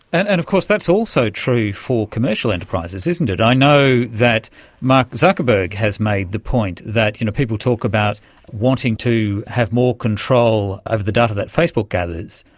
and and of course that's also true for commercial enterprises, isn't it. i know that mark zuckerberg has made the point that, you know people talk about wanting to have more control over the data that facebook gathers,